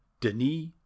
Denis